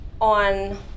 on